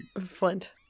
Flint